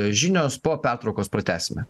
žinios po pertraukos pratęsime